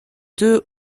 deux